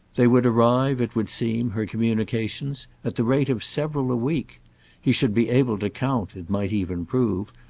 they would arrive, it would seem, her communications, at the rate of several a week he should be able to count, it might even prove,